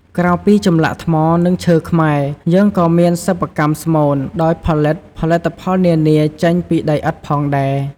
ក្រៅពីចម្លាក់ថ្មនិងឈើខ្មែរយើងក៏មានសិប្បកម្មស្មូនដោយផលិតផលិតផលនានាចេញពីដីឥដ្ធផងដែរ។